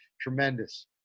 tremendous